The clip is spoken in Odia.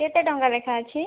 କେତେ ଟଙ୍କା ଲେଖା ଅଛି